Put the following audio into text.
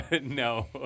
No